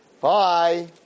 Bye